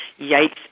yikes